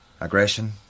Aggression